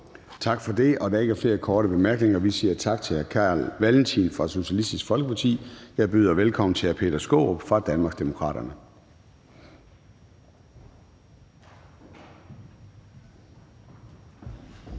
Tak for det. Der er ikke flere korte bemærkninger. Vi siger tak til hr. Carl Valentin fra Socialistisk Folkeparti. Jeg byder velkommen til hr. Peter Skaarup fra Danmarksdemokraterne.